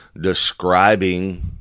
describing